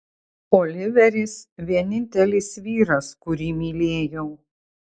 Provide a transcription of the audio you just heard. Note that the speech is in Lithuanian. oliveris vienintelis vyras kurį mylėjau